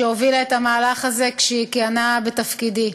שהובילה את המהלך הזה כשהיא כיהנה בתפקידי.